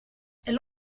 elle